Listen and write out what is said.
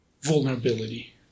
vulnerability